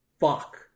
fuck